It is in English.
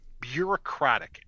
bureaucratic